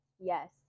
Yes